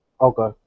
Okay